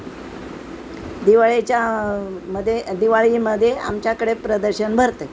दिवाळीच्यामध्ये दिवाळीमध्ये आमच्याकडे प्रदर्शन भरते